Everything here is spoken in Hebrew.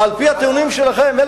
על-פי הטיעונים שלכם,